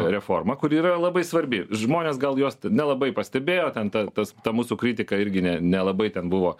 reformą kuri yra labai svarbi žmonės gal jos nelabai pastebėjo ten ta tas ta mūsų kritika irgi ne nelabai ten buvo